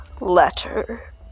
Letter